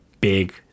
big